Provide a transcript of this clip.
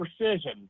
precision